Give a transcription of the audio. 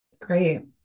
Great